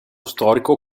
storico